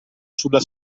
sulla